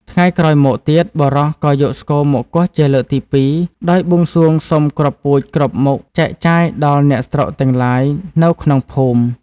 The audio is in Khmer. ថ្ងៃក្រោយមកទៀត បុរសក៏យកស្គរមកគោះជាលើក ទីពីរ ដោយបួងសួងសុំគ្រាប់ពូជគ្រប់មុខចែកចាយដល់ អ្នកស្រុកទាំងឡាយនៅក្នុងភូមិ ។